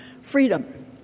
Freedom